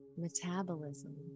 metabolism